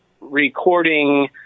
recording